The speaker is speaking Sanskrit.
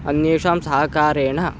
अन्येषां सहकारेण